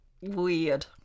Weird